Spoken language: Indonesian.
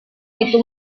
itu